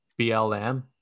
blm